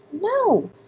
no